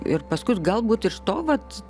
ir paskui galbūt iš to vat